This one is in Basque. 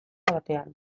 batean